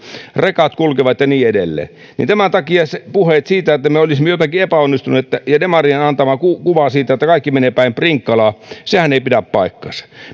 rekat kulkevat ja niin edelleen tämän takia puheet siitä että me me olisimme jotenkin epäonnistuneet ja demarien antama kuva siitä että kaikki menee päin prinkkalaa nehän eivät pidä paikkaansa